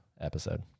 episode